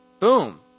Boom